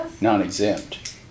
Non-exempt